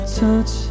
touch